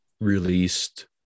released